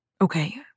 okay